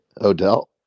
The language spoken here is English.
Odell